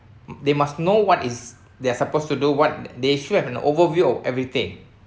they must know what is they are supposed to do what they should have an overview of everything